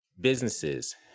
Businesses